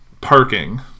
parking